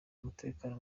umutekano